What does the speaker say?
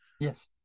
Yes